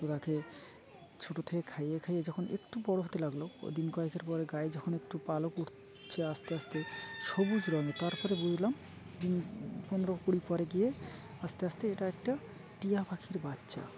তোরাকে ছোটো থেকে খাইয়ে খাইয়ে যখন একটু বড়ো হতে লাগলো ওই দিন কয়েকের পরে গায়ে যখন একটু পালক করছে আস্তে আস্তে সবুজ রঙ তারপরে বুঝলাম দিন পনেরো কুড়ি পরে গিয়ে আস্তে আস্তে এটা একটা টিয়া পাখির বাচ্চা